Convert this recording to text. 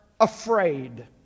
afraid